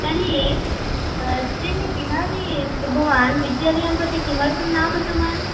तर्हि त्रिणि दिनानि तु भवान् विद्यालयम्प्रति किमर्थं न आगतवान्